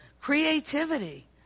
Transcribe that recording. creativity